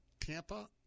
tampa